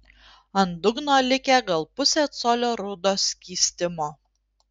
ant dugno likę gal pusė colio rudo skystimo